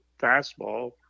fastball